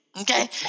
Okay